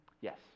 Yes